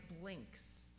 blinks